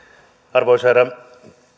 arvoisa herra